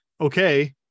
okay